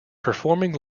performing